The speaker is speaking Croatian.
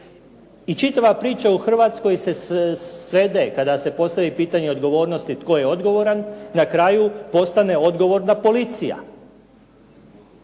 I čitava priča u Hrvatskoj se svede kada se postavi pitanje odgovornosti tko je odgovoran, na kraju postane odgovorna policija.